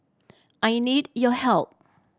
I need your help